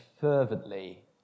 fervently